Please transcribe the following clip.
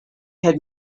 had